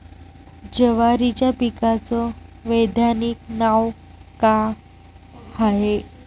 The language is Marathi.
जवारीच्या पिकाचं वैधानिक नाव का हाये?